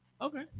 Okay